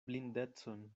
blindecon